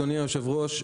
אדוני היושב-ראש,